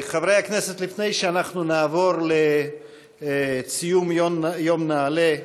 חברי הכנסת, לפני שאנחנו נעבור לציון יום נעל"ה,